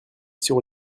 sur